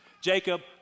Jacob